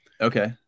Okay